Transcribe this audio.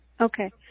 okay